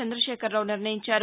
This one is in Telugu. చందశేఖరావు నిర్ణయించారు